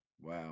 Wow